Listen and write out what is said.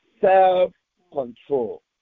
self-control